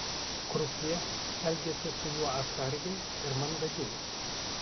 krupjė elgėsi su juo atsargiai ir mandagiai